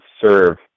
serve